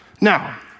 Now